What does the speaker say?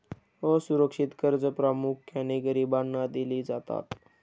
असुरक्षित कर्जे प्रामुख्याने गरिबांना दिली जातात